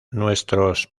nuestros